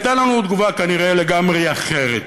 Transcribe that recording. הייתה לנו תגובה כנראה לגמרי אחרת.